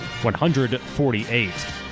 148